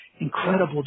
incredible